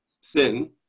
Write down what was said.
sin